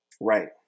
Right